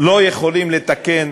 לא יכולים לתקן,